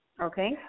Okay